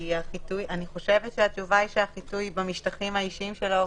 אני חושבת שהתשובה היא שהחיטוי במשטחים האישיים של העובדים.